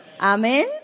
Amen